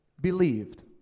believed